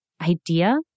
idea